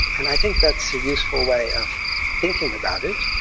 and i think that's a useful way of thinking about it.